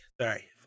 Sorry